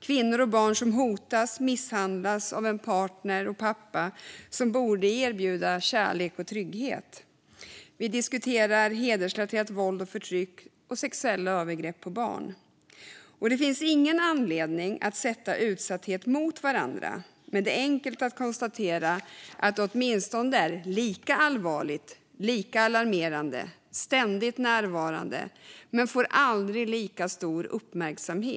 Kvinnor och barn hotas och misshandlas av partner och pappor som borde erbjuda kärlek och trygghet. Vi diskuterar hedersrelaterat våld och förtryck och sexuella övergrepp på barn. Det finns ingen anledning att sätta olika typer av utsatthet mot varandra, men det är enkelt att konstatera att detta våld åtminstone är lika allvarligt och lika alarmerande och ständigt närvarande men aldrig får lika stor uppmärksamhet.